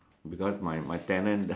because my my tenant